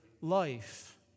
life